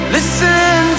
Listen